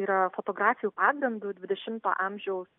yra fotografijų pagrindu dvidešimto amžiaus